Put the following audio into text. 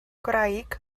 gwraig